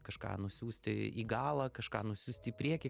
kažką nusiųsti į galą kažką nusiųsti į priekį